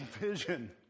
vision